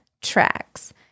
tracks